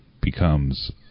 becomes